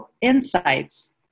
insights